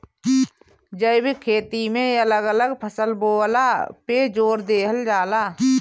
जैविक खेती में अलग अलग फसल बोअला पे जोर देहल जाला